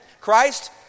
Christ